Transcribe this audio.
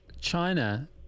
China